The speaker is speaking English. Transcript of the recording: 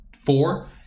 four